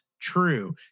true